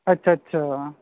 ਅੱਛਾ ਅੱਛਾ